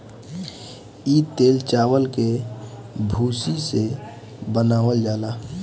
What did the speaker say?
इ तेल चावल के भूसी से बनावल जाला